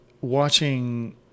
watching